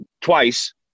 twice